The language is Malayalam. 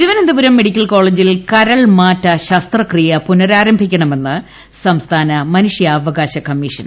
തിരുവനന്തപുരും മെഡിക്കൽ കോളേജിൽ കരൾമാറ്റ ശസ്ത്രക്രിയ പുന്ന്രാരംഭിക്കണമെന്ന് സംസ്ഥാന മനു ഷ്യാവകാശ കമ്മീഷൻ